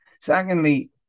Secondly